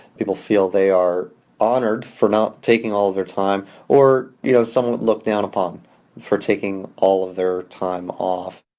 people feel they are honored for not taking all of their time or, you know, somewhat looked down upon for taking all of their time off.